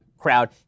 crowd